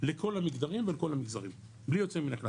לכל המגדרים ולכל המגזרים בלי יוצא מן הכלל.